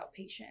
outpatient